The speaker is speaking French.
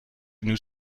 nous